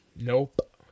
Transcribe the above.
Nope